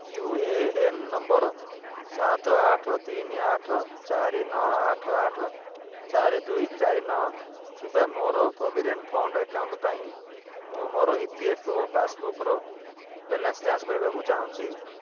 you A N number ସାତ ଆଠ ତିନି ଆଠ ଚାରି ନଅ ଆଠ ଆଠ ଚାରି ଦୁଇ ଚାରି ନଅ ଥିବା ମୋର ପ୍ରୋଭିଡ଼େଣ୍ଟ୍ ଫଣ୍ଡ୍ ଆକାଉଣ୍ଟ୍ ପାଇଁ ମୁଁ ମୋର ଇ ପି ଏଫ୍ ପାସ୍ବୁକ୍ର ବାଲାନ୍ସ ଯାଞ୍ଚ କରିବାକୁ ଚାହୁଁଛି